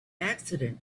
accident